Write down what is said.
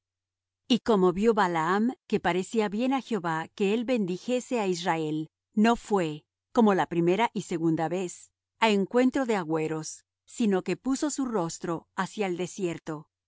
y como vió balaam que parecía bien á jehová que el bendijese á israel no fué como la primera y segunda vez á encuentro de agüeros sino que puso su rostro hacia el desierto y